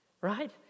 Right